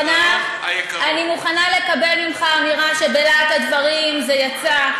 אני מוכנה לקבל ממך אמירה שבלהט הדברים זה יצא.